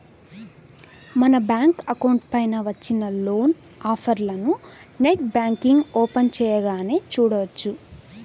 మన bank account పైన వచ్చిన లోన్ ఆఫర్లను నెట్ బ్యాంకింగ్ ఓపెన్ చేయగానే చూడవచ్చు